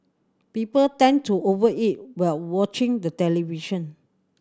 people tend to over eat while watching the television